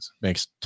makes